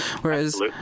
whereas